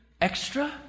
extra